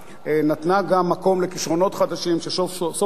נתנה גם מקום לכשרונות חדשים שסוף-סוף